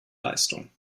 leistung